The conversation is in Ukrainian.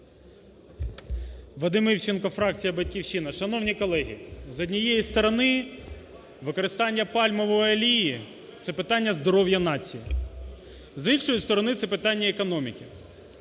Вадим Івченко, фракція "Батьківщина". Шановні колеги, з однієї сторони, використання пальмової олії – це питання здоров'я нації. З іншої сторони, це питання економіки.